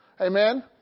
Amen